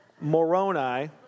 Moroni